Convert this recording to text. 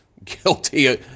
guilty